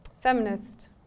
feminist